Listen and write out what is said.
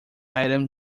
item